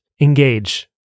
Engage